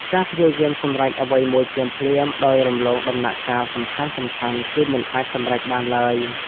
ការព្យាយាមសម្រេចអ្វីមួយភ្លាមៗ ដោយរំលងដំណាក់កាលសំខាន់ៗ គឺមិនអាចសម្រេចបានឡើយ។